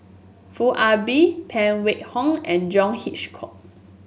Foo Ah Bee Phan Wait Hong and John Hitchcock